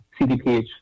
CDPH